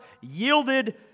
yielded